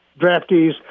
draftees